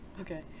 Okay